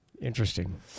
Interesting